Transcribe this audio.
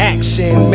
Action